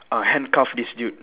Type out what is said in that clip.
uh handcuff this dude